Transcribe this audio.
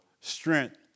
strength